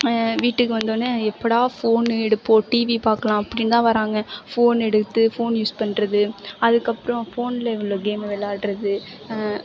வீட்டுக்கு வந்தோடனேயே எப்படா ஃபோன் எடுப்போம் டிவியை பார்க்கலாம் அப்படின்னுதான் வராங்க ஃபோன் எடுத்து ஃபோன் யூஸ் பண்ணுறது அதுக்கப்றம் ஃபோனில் உள்ள கேமை விளாட்றது